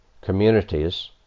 communities